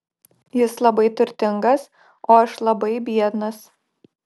jis labai turtingas o aš labai biednas